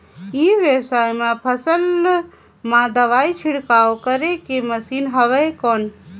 ई व्यवसाय म फसल मा दवाई छिड़काव करे के मशीन हवय कौन?